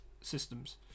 Systems